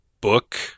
book